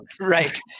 Right